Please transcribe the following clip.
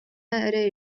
эрэ